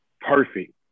perfect